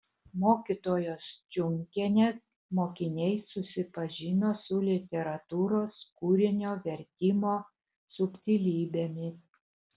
mokytojos čiunkienės mokiniai susipažino su literatūros kūrinio vertimo subtilybėmis